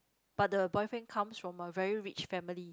but the boyfriend comes from a very rich family